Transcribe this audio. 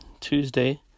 Tuesday